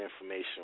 information